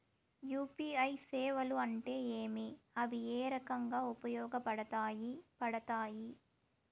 UPI సేవలు అంటే ఏమి, అవి ఏ రకంగా ఉపయోగపడతాయి పడతాయి?